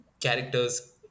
characters